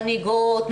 מנהיגות,